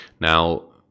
now